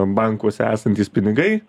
bankuose esantys pinigai